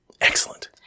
excellent